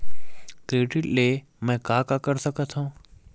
Credit ले मैं का का कर सकत हंव?